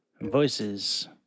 voices